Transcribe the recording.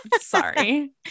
sorry